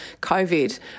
COVID